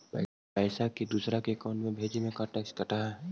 पैसा के दूसरे के अकाउंट में भेजें में का टैक्स कट है?